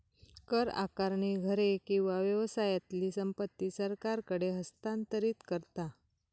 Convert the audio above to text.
कर आकारणी घरे किंवा व्यवसायातली संपत्ती सरकारकडे हस्तांतरित करता